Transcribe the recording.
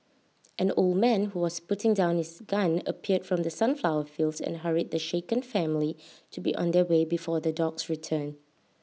an old man who was putting down his gun appeared from the sunflower fields and hurried the shaken family to be on their way before the dogs return